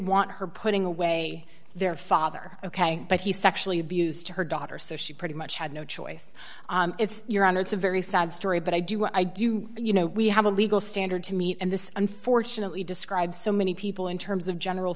want her putting away their father ok but he sexually abused her daughter so she pretty much had no choice it's your honor it's a very sad story but i do what i do and you know we have a legal standard to meet and this unfortunately describes so many people in terms of general